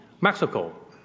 Mexico